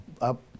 up